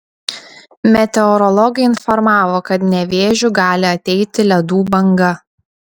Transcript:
meteorologai informavo kad nevėžiu gali ateiti ledų banga